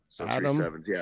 Adam